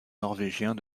norvégiens